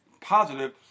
positive